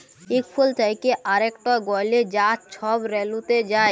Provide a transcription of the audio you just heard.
ইক ফুল থ্যাকে আরেকটয় গ্যালে যা ছব রেলুতে যায়